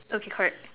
okay correct